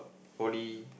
Poly